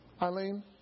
Eileen